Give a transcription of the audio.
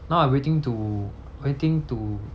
now I'm waiting to waiting to